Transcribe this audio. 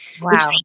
Wow